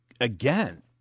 again